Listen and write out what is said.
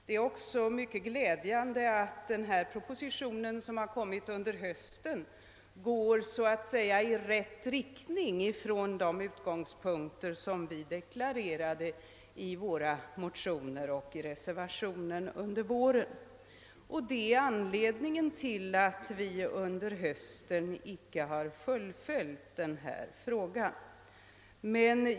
Det är också mycket glädjande att den proposition som har framlagts under hösten så att säga går i rätt riktning från de utgångspunkter som vi deklarerade i våra motioner och i reservationen under våren. Detta är anledningen till att vi nu icke har fullföljt vår linje.